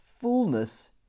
fullness